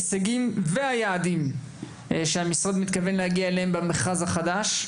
הישגים והיעדים שהמשרד מתכוון להגיע אליהם במכרז החדש.